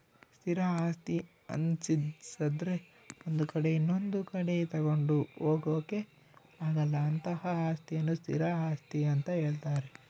ಸ್ಥಿರ ಆಸ್ತಿ ಅನ್ನಿಸದ್ರೆ ಒಂದು ಕಡೆ ಇನೊಂದು ಕಡೆ ತಗೊಂಡು ಹೋಗೋಕೆ ಆಗಲ್ಲ ಅಂತಹ ಅಸ್ತಿಯನ್ನು ಸ್ಥಿರ ಆಸ್ತಿ ಅಂತ ಹೇಳ್ತಾರೆ